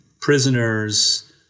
prisoners